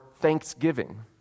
thanksgiving